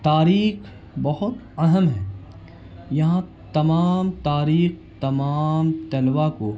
تاریخ بہت اہم ہے یہاں تمام تاریخ تمام طلبا کو